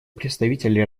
представителя